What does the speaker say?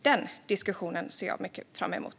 Den diskussionen ser jag mycket fram emot.